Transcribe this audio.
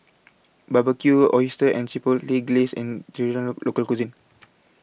Barbecued Oysters and Chipotle Glaze An Traditional Local Cuisine